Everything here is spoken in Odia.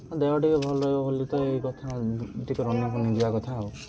ହଁ ଦେହ ଟିକିଏ ଭଲ ରହିବ ବୋଲି ତ ଏଇ କଥା ଟିକିଏ ରନିଂ ଫନିଂ ଯିବା କଥା ଆଉ